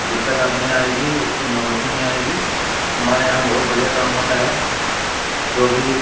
دقت نہیں آئے گی اُس كی نوبت ہی نہیں آئے گی ہمارے یہاں بہت بڑھیا کام ہوتا ہے جو بھی